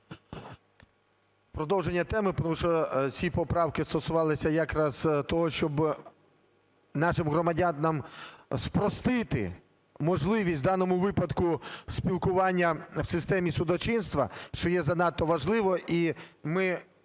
Продовження теми, тому що ці поправки стосувалися якраз того, щоб нашим громадянам спростити можливість у даному випадку спілкування в системі судочинства, що є занадто важливо,